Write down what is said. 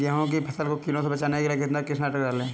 गेहूँ की फसल को कीड़ों से बचाने के लिए कितना कीटनाशक डालें?